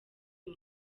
uyu